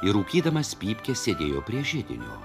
ir rūkydamas pypkę sėdėjo prie židinio